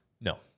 No